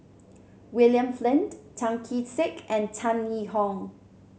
William Flint Tan Kee Sek and Tan Yee Hong